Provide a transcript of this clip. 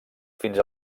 fins